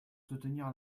soutenir